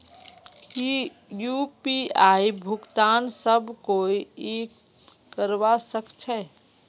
की यु.पी.आई भुगतान सब कोई ई करवा सकछै?